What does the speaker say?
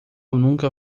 nunca